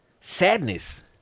sadness